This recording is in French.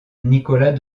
nicolas